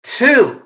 two